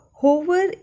hover